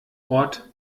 ort